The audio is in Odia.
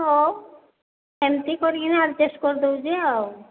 ହଉ ଏମିତି କରିକିନା ଆଡ଼ଜଷ୍ଟ କରି ଦେଉଛି ଆଉ